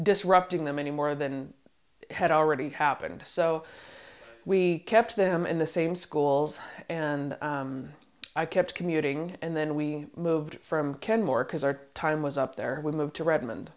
disrupting them anymore than had already happened so we kept them in the same schools and i kept commuting and then we moved from kenmore because our time was up there with a move to redmond